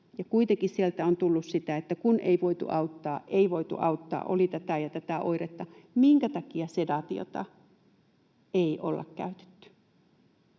kuitenkin sieltä on tullut sitä, että kun ei voitu auttaa, ei voitu auttaa, oli tätä ja tätä oiretta. Minkä takia sedaatiota ei olla käytetty?